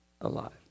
alive